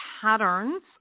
patterns